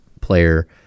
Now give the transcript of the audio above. player